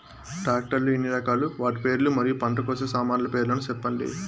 Tractor లు ఎన్ని రకాలు? వాటి పేర్లు మరియు పంట కోసే సామాన్లు పేర్లను సెప్పండి?